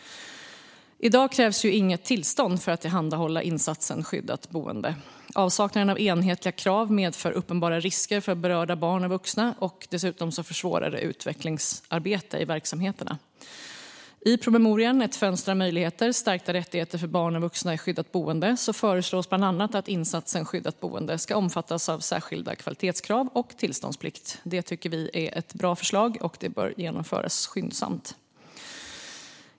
I dag krävs inget tillstånd för att tillhandahålla insatsen skyddat boende. Avsaknaden av enhetliga krav medför uppenbara risker för berörda barn och vuxna och försvårar dessutom utvecklingsarbete i verksamheterna. I promemorian Ett fönster av möjligheter - stärkta rättigheter för barn och vuxna i skyddat boende föreslås bland annat att insatsen skyddat boende ska omfattas av särskilda kvalitetskrav och tillståndsplikt. Detta förslag tycker vi är bra, och det bör genomföras skyndsamt.